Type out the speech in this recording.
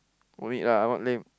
no need lah what lame